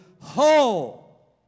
whole